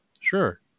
Sure